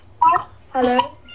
Hello